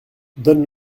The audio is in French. donne